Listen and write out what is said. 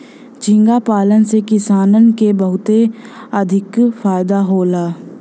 झींगा पालन से किसानन के बहुते अधिका फायदा होला